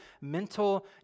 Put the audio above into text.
mental